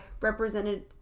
represented